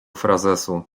frazesu